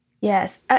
Yes